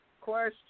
question